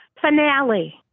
Finale